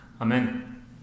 Amen